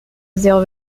zéro